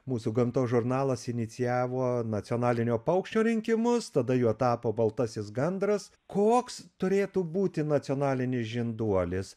mūsų gamtos žurnalas inicijavo nacionalinio paukščio rinkimus tada juo tapo baltasis gandras koks turėtų būti nacionalinis žinduolis